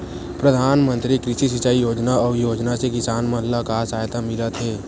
प्रधान मंतरी कृषि सिंचाई योजना अउ योजना से किसान मन ला का सहायता मिलत हे?